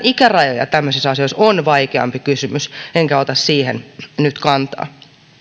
ikärajoja tämmöisissä asioissa on vaikeampi kysymys enkä ota siihen nyt kantaa